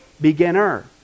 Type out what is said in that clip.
beginner